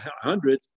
hundred